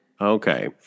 Okay